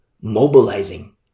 mobilizing